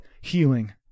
healing